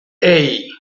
hey